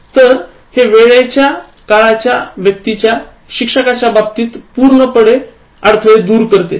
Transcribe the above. तर हे वेळेच्या काळाच्या व्यक्तीच्या शिक्षकाच्या बाबतीतील पूर्णपणे अडथळे दूर करते